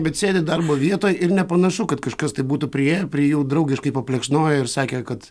bet sėdi darbo vietoj ir nepanašu kad kažkas tai būtų priėję prie jų draugiškai paplekšnoję ir sakę kad